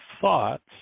thoughts